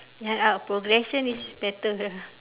uh ya our progression is better